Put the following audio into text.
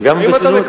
לגמרי ברצינות?